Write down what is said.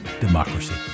Democracy